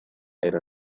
era